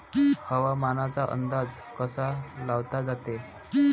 हवामानाचा अंदाज कसा लावला जाते?